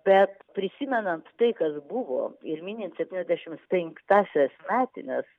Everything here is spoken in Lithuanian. bet prisimenant tai kas buvo ir minint septyniasdešimts penktąsias metines